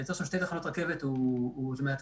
לייצר שם שתי תחנות רכבת זה מאתגר.